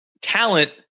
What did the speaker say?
talent